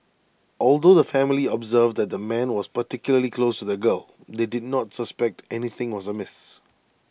although the family observed that the man was particularly close to the girl they did not suspect anything was amiss